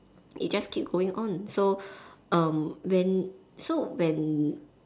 it just keep going on so um when so when